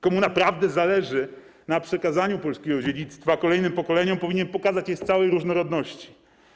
Komu naprawdę zależy na przekazaniu polskiego dziedzictwa kolejnym pokoleniom, powinien pokazać je w całej różnorodności.